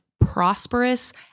prosperous